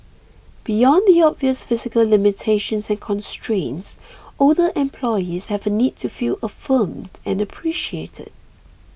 beyond the obvious physical limitations and constraints older employees have a need to feel affirmed and appreciated